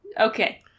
okay